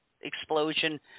explosion